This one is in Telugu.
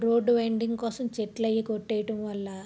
రోడ్డు వైండింగ్ కోసం చెట్లవి కొట్టేయటం వల్ల